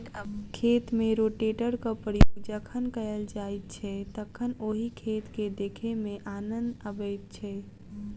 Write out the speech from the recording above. खेत मे रोटेटरक प्रयोग जखन कयल जाइत छै तखन ओहि खेत के देखय मे आनन्द अबैत छै